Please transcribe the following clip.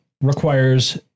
requires